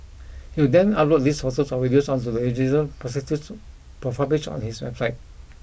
he would then upload these photos or videos onto the individual prostitute's profile page on his website